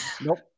Nope